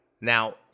Now